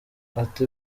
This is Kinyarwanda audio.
ati